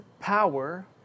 power